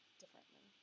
differently